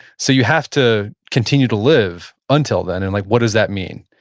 so you have to continue to live until then, and like what does that mean?